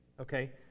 okay